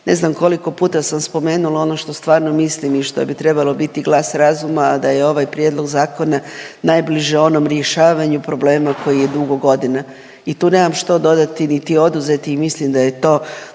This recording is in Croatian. ne znam koliko puta sam spomenula ono što stvarno mislim i što bi trebalo biti glas razuma, a da je ovaj prijedlog zakona najbliže onom rješavanju problema koji je dugo godina. I tu nemam što dodati, niti oduzeti i mislim da je to